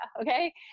okay